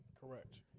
Correct